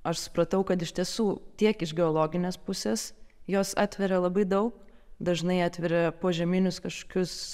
aš supratau kad iš tiesų tiek iš geologinės pusės jos atveria labai daug dažnai atveria požeminius kažkokius